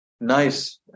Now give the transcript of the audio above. nice